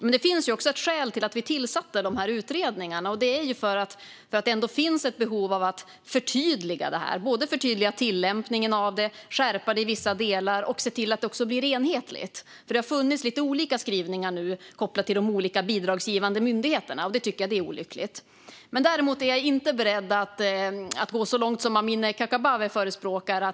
Men det finns ett skäl till att vi tillsatte de här utredningarna, och det är att det finns ett behov av att förtydliga det här - förtydliga tillämpningen av det, skärpa det i vissa delar och se till att det blir enhetligt. Det har funnits olika skrivningar kopplade till de olika bidragsgivande myndigheterna, och det tycker jag är olyckligt. Däremot är jag inte beredd att gå så långt som Amineh Kakabaveh förespråkar.